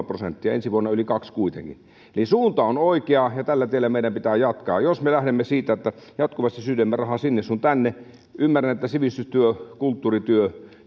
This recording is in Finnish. prosenttia ensi vuonna yli kahden kuitenkin eli suunta on oikea ja tällä tiellä meidän pitää jatkaa jos me lähdemme siitä että jatkuvasti syydämme rahaa sinne sun tänne ymmärrän että sivistystyö kulttuurityö